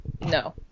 No